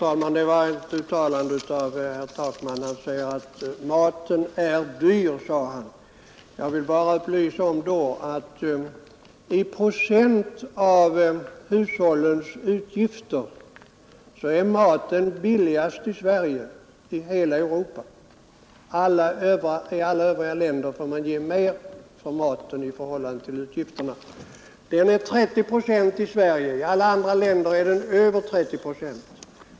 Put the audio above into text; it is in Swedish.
Ärade talman! Herr Takman sade att maten är dyr. Jag vill då bara upplysa om att i procent av hushållens utgifter är maten billigare här i Sverige än i alla andra länder i Europa. I alla övriga länder får man ge mer för maten i förhållande till hushållens totala utgifter. Matkostnadernas andel är här i Sverige 30 procent.